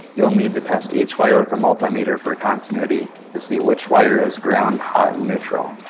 you will need to test each wire with a multimeter for continuity to see which wire is ground, hot, and neutral.